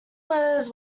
was